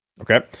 okay